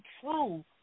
true